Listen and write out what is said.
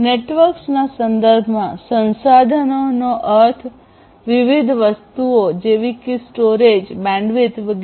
નેટવર્ક્સના સંદર્ભમાં સંસાધનોનો અર્થ વિવિધ વસ્તુઓ જેવી કે સ્ટોરેજ બેન્ડવિડ્થ વગેરે